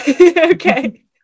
okay